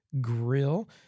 grill